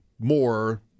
more